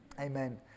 Amen